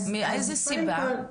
מאיזו סיבה?